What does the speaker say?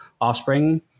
offspring